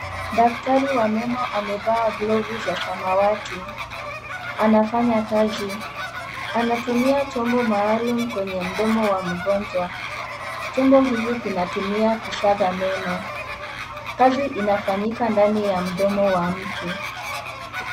Daktari wa meno amevaa glovu za samawati. Anafanya kazi. Anatumia chombo maalum kwenye mdomo wa mgonjwa. Chombo hiki kinatumia kusaga meno. Kazi inafanyika ndani ya mdomo wa mtu.